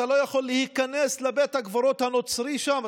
אתה לא יכול להיכנס לבית הקברות הנוצרי שם?